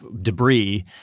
debris